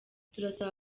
turasaba